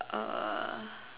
uh